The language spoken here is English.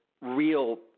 Real